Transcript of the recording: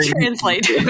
translate